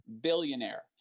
Billionaire